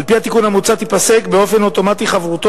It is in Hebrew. על-פי התיקון המוצע תיפסק באופן אוטומטי חברותו